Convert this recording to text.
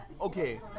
okay